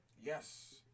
Yes